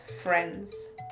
friends